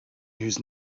his